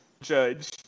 judge